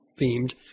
themed